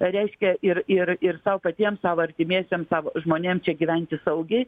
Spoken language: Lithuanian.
reiškia ir ir ir sau patiems savo artimiesiem savo žmonėm čia gyventi saugiai